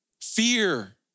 fear